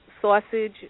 sausage